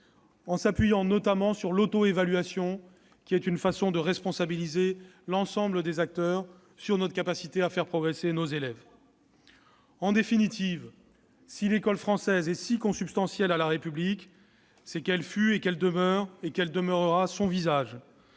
en s'appuyant notamment sur l'auto-évaluation, qui est une façon de responsabiliser l'ensemble des acteurs sur leur capacité à faire progresser les élèves. En définitive, si l'école française est si consubstantielle à la République, c'est qu'elle fut, qu'elle demeure et qu'elle demeurera son visage,